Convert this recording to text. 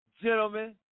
gentlemen